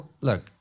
look